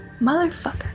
Motherfucker